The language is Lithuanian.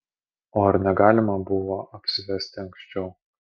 o ar negalima buvo apsivesti anksčiau